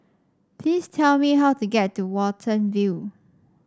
please tell me how to get to Watten View